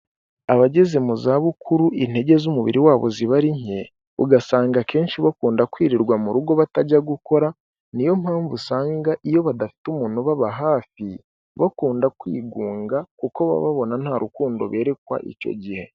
Abageze mu za bukuru intege z'umubiri wabo ziba ari nke, ugasanga akenshi bakunda kwirirwa mu rugo batajya gukora, niyo mpamvu usanga iyo badafite umuntu ubaba hafi, bakunda kwigunga kuko baba babona nta rukundo berekwa icyo gihe.